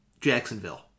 Jacksonville